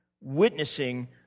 witnessing